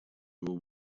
его